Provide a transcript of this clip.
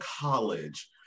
college